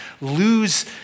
lose